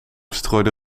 strooide